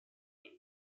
人类